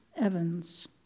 Evans